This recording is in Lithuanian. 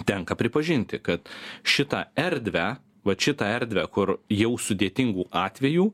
tenka pripažinti kad šitą erdvę vat šitą erdvę kur jau sudėtingų atvejų